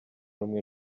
rumwe